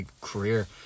career